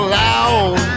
loud